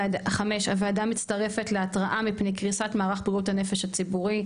הוועדה מצטרפת להתרעה מפני קריסת מערך בריאות הנפש הציבורי,